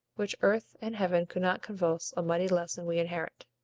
which earth and heaven could not convulse, a mighty lesson we inherit.